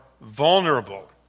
vulnerable